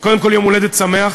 קודם כול, יום הולדת שמח.